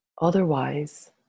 Otherwise